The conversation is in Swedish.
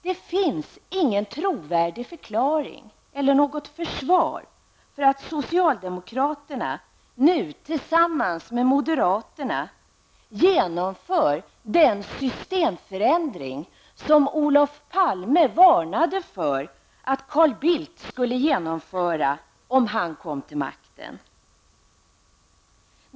Det finns ingen trovärdig förklaring eller försvar för att socialdemokraterna nu tillsammans med moderaterna genomför den systemförändring som Olof Palme varnade för att Carl Bildt skulle genomföra om han kom till makten.